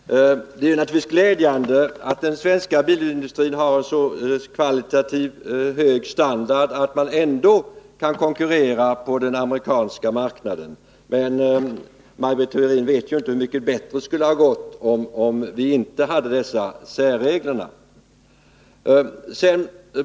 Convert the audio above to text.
Herr talman! Det är naturligtvis glädjande att den svenska bilindustrin har så kvalitativt hög standard att den ändå kan konkurrera på den amerikanska marknaden. Men Maj Britt Theorin vet ju inte hur mycket bättre det skulle ha gått om vi inte hade dessa särregler.